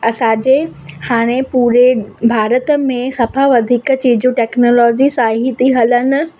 असांजे हाणे पूरे भारत में सफ़ा वधीक चीजू टैक्नोलॉजी सां ई थी हलनि